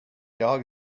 dog